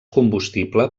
combustible